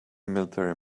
military